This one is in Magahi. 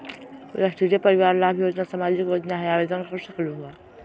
राष्ट्रीय परिवार लाभ योजना सामाजिक योजना है आवेदन कर सकलहु?